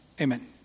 amen